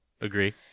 Agree